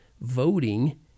voting